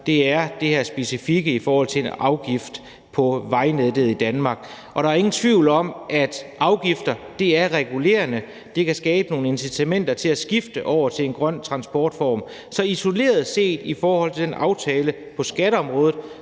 Det er det her specifikke i forhold til en afgift på vejnettet i Danmark, og der er ingen tvivl om, at afgifter er regulerende; det kan skabe nogle incitamenter til at skifte over til en grøn transportform. Så isoleret set i forhold til den aftale på skatteområdet,